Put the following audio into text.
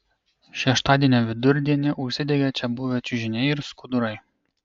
šeštadienio vidurdienį užsidegė čia buvę čiužiniai ir skudurai